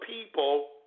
people